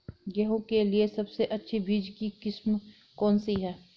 गेहूँ के लिए सबसे अच्छी बीज की किस्म कौनसी है?